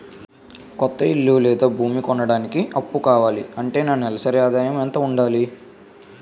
కొత్త ఇల్లు లేదా భూమి కొనడానికి అప్పు కావాలి అంటే నా నెలసరి ఆదాయం ఎంత ఉండాలి?